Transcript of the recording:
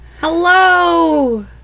Hello